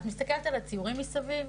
את מסתכלת על הציורים מסביב,